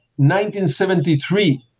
1973